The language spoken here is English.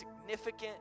significant